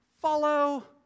Follow